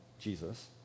Jesus